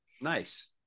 Nice